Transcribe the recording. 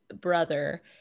brother